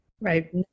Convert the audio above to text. right